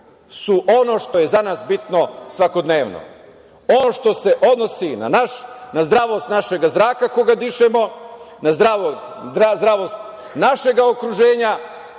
su ono što je za nas bitno, svakodnevno. Ono što se odnosi na zdravlje našeg zraka koga dišemo, na zdravlje našeg okruženja,